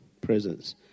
presence